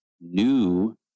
new